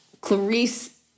Clarice